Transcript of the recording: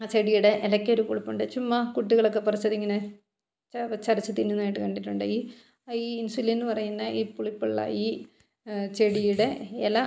ആ ചെടിയുടെ ഇലയ്ക്കൊരു പുളിപ്പുണ്ട് ചുമ്മാ കുട്ടികളൊക്ക പറിച്ചതിങ്ങനെ ചവച്ചരച്ചു തിന്നുന്നതായിട്ട് കണ്ടിട്ടുണ്ട് ഈ ഈ ഇൻസുലിൻ എന്നു പറയുന്ന ഈ പുളിപ്പുള്ള ഈ ചെടിയുടെ ഇല